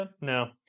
No